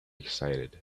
excited